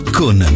con